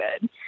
good